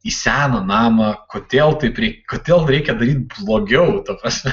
į seną namą kodėl taip reik kodėl reikia daryti blogiau ta prasme